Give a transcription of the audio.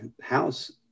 house